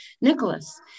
Nicholas